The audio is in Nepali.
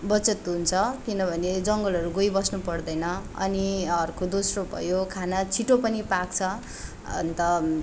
बचत हुन्छ किनभने जङ्गलहरू गइबस्नु पर्दैन अनि अर्को दोस्रो भयो खाना छिटो पनि पाक्छ अन्त